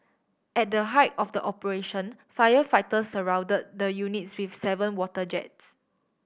at the height of the operation firefighters surround the units with seven water jets